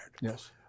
Yes